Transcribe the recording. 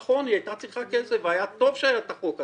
נכון, היא היתה צריכה כסף וטוב שהיה את החוק הזה.